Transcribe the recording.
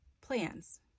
plans